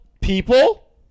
people